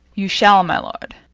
you shall, my lord.